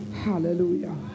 Hallelujah